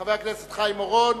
חבר הכנסת חיים אורון,